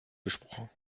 gesprochen